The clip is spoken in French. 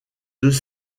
deux